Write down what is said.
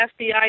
FBI